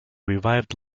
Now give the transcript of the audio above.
revived